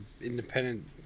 independent